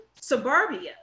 suburbia